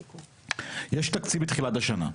יש תקציב בתחילת השנה,